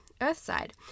earthside